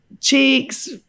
Cheeks